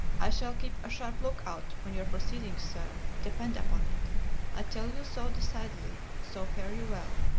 i shall keep a sharp look-out on your proceedings, sir, depend upon it i tell you so decidedly, so fare you well.